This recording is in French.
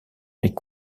est